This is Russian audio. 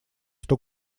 что